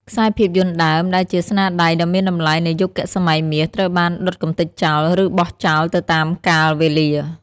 ខ្សែភាពយន្តដើម ដែលជាស្នាដៃដ៏មានតម្លៃនៃយុគសម័យមាស ត្រូវបានដុតកម្ទេចចោល ឬបោះចោលទៅតាមកាលវេលា។